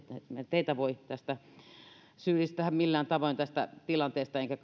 teitä voi syyllistää millään tavoin tästä tilanteesta enkä